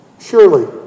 Surely